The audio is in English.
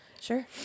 sure